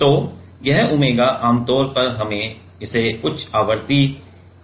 तो यह ओमेगा आमतौर पर हम इसे उच्च आवृत्ति रखते हैं